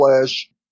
Flesh